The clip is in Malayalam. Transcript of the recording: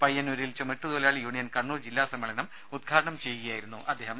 പയ്യന്നൂരിൽ ചുമട്ടുതൊഴിലാളി യൂണിയൻ കണ്ണൂർ ജില്ലാ സമ്മേളനം ഉദ്ഘാടനം ചെയ്യുകയായിരുന്നു അദ്ദേഹം